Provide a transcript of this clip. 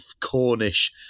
Cornish